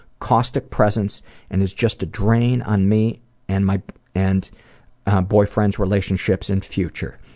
costed presence and is just a drain on me and my and boyfriend's relationships and future.